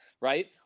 right